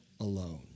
alone